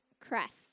Cress